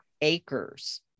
acres